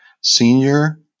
Senior